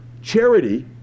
charity